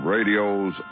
Radio's